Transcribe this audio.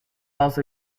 also